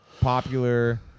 popular